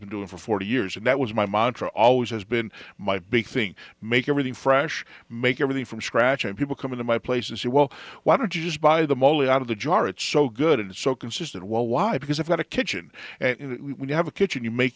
been doing for forty years and that was my montra always has been my big thing make everything fresh make everything from scratch and people come into my place and say well why don't you just buy the moly out of the jar it's so good and so consistent well why because i've got a kitchen you have a kitchen you make